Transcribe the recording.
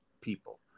people